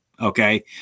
okay